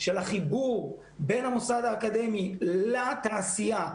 על החיבור בין המוסד האקדמי לתעשייה,